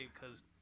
because-